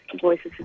voices